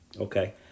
Okay